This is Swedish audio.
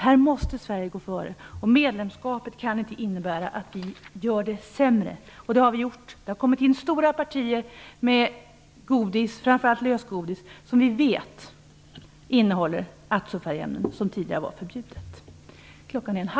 Här måste Sverige gå före. Medlemskapet kan inte innebära att vi gör det sämre. Det har vi gjort. Det har kommit in stora partier med godis, framför allt lösgodis, som vi vet innehåller azo-färgämnen som tidigare var förbjudna.